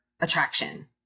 attraction